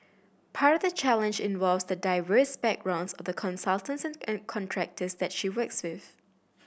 part the challenge involves the diverse backgrounds of the consultants and contractors that she works with